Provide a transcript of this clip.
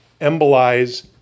embolize